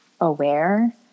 aware